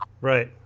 Right